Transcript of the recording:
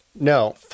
no